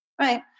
right